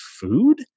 food